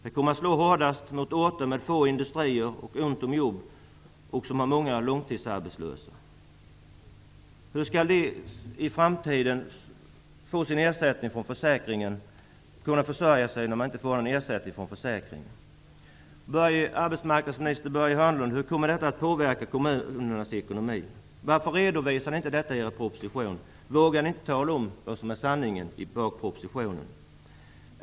Det kommer att slå hårdast mot orter med få industrier, få jobb och många långtidsarbetslösa. Hur skall de som i framtiden inte får sin ersättning från försäkringen kunna försörja sig? Hur kommer detta, Börje Hörnlund, att påverka kommunernas ekonomi? Varför redovisar ni inte detta i propositionen? Vågar ni inte tala om sanningen?